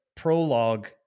prologue